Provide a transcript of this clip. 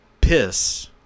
piss